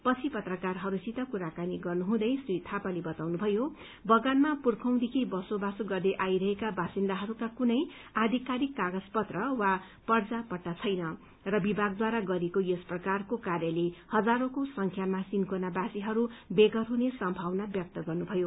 पछि पत्रकारहस्वसित कुराकानी गर्नुहुँदै श्री थापाले वताउनुभयो बगानमा पूर्खौंदेखि वसोबासो गर्दै आइरहेका वासिन्दाहरूका कुनै आधिकारिक कागज पत्र वा पर्जा पर्टा छैन र विभागद्वारा गरिएको यस प्रकारको कार्यले हजारौंको संख्यामा सिन्कोनावासीहरू बेघर हुने सम्भावना व्यक्त गर्नुभयो